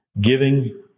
giving